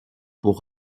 pour